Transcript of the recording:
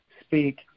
speak